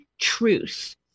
truth